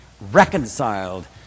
reconciled